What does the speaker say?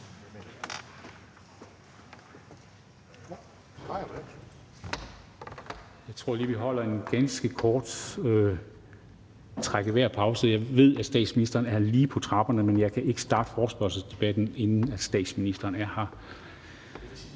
Jeg tror lige, vi holder en ganske kort trække vejret-pause. Jeg ved, at statsministeren er lige på trapperne, men jeg kan ikke starte forespørgselsdebatten, før statsministeren er her.